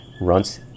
runs